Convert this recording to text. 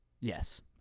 Yes